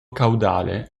caudale